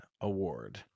award